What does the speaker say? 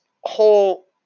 whole